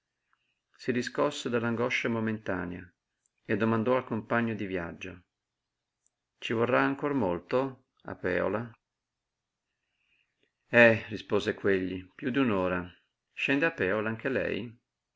si riscosse dall'angoscia momentanea e domandò al compagno di viaggio ci vorrà ancor molto a pèola eh rispose quegli piú di un'ora scende a pèola anche lei